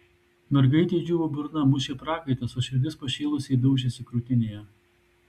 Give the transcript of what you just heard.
mergaitei džiūvo burna mušė prakaitas o širdis pašėlusiai daužėsi krūtinėje